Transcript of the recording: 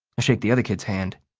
i shake the other kid's hand.